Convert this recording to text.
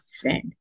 friend